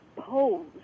pose